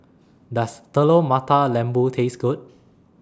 Does Telur Mata Lembu Taste Good